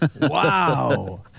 Wow